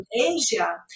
Asia